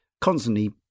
constantly